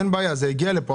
אין בעיה, זה הגיע לפה.